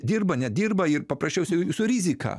dirba nedirba ir paprasčiausiai su rizika